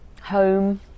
home